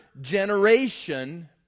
generation